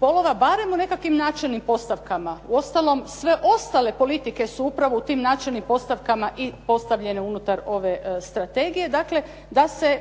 spolova barem u nekakvim načelnim postavkama. Uostalom, sve ostale politike su upravo u tim načelnim postavkama i postavljene unutar ove strategije. Dakle,